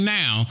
now